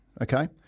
okay